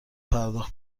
پرداخت